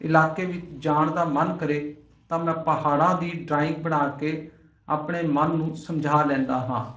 ਇਲਾਕੇ ਵਿੱਚ ਜਾਣ ਦਾ ਮਨ ਕਰੇ ਤਾਂ ਮੈਂ ਪਹਾੜਾਂ ਦੀ ਡਰਾਇੰਗ ਬਣਾ ਕੇ ਆਪਣੇ ਮਨ ਨੂੰ ਸਮਝਾ ਲੈਂਦਾ ਹਾਂ